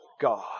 God